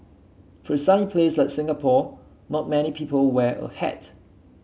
for sunny place like Singapore not many people wear a hat